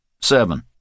Seven